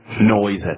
noise